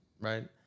right